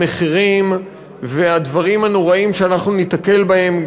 המחירים והדברים הנוראים שאנחנו ניתקל בהם,